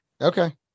Okay